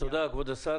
תודה כבוד השר.